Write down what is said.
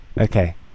Okay